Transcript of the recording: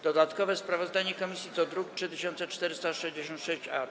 Dodatkowe sprawozdanie komisji to druk nr 3466-A.